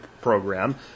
program